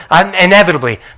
inevitably